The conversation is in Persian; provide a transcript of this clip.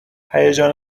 هیجان